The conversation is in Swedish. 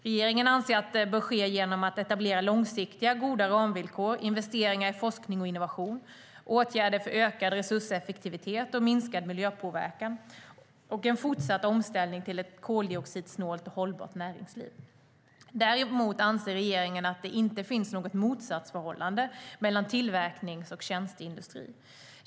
Regeringen anser att det bör ske genom att etablera långsiktiga och goda ramvillkor, genom investeringar i forskning och innovation, genom åtgärder för ökad resurseffektivitet och minskad miljöpåverkan och genom en fortsatt omställning till ett koldioxidsnålt och hållbart näringsliv. Däremot anser regeringen att det inte finns något motsatsförhållande mellan tillverknings och tjänsteindustri.